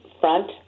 front